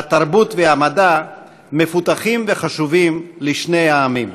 התרבות והמדע מפותחים וחשובים לשני העמים.